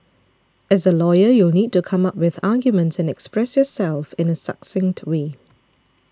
as a lawyer you'll need to come up with arguments and express yourself in a succinct way